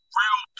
real